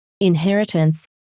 inheritance